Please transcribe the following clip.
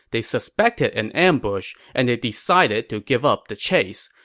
they suspected an ambush and ah decided to give up the chase.